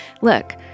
Look